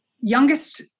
youngest